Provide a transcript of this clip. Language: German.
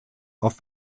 auf